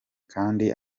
kandi